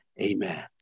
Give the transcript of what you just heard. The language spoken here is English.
amen